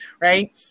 right